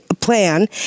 plan